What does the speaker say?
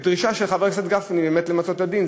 ודרישה של חבר הכנסת גפני למצות אתה את הדין,